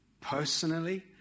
personally